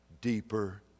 deeper